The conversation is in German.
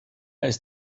ist